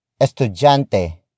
estudiante